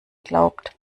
glaubt